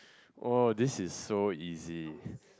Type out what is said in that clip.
oh this is so easy